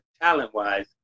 talent-wise